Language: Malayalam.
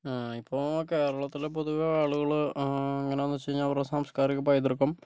ഇപ്പോൾ കേരളത്തില് പൊതുവേ ആളുകൾ എങ്ങനെ എന്ന് വെച്ച് കഴിഞ്ഞാൽ അവരുടെ സാംസ്കാരിക പൈതൃകം